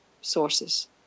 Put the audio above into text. sources